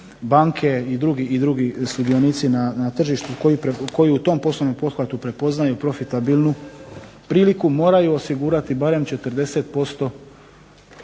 banke i drugi sudionici na tržištu koji u tom poslovnom pothvatu prepoznaju profitabilnu priliku, moraju osigurati barem 40%